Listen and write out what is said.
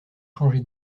changer